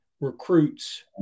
recruits